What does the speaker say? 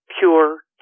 pure